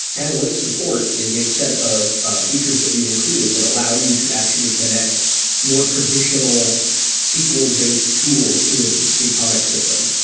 analytic support is a set of features that we've included that allow you to actually connect more traditional sql-based tools to a datomic system.